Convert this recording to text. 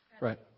Right